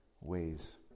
ways